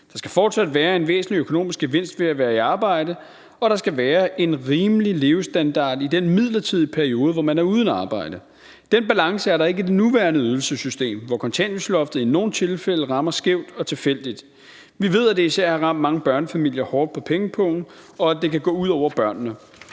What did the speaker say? Der skal fortsat være en væsentlig økonomisk gevinst ved at være i arbejde, og der skal være en rimelig levestandard i den midlertidige periode, hvor man er uden arbejde. Den balance er der ikke i det nuværende ydelsessystem, hvor kontanthjælpsloftet i nogle tilfælde rammer skævt og tilfældigt. Vi ved, at det især har ramt mange børnefamilier hårdt på pengepungen, og at det kan gå ud over børnene.